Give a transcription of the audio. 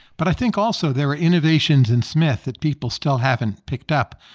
but i think also there were innovations in smith that people still haven't picked up.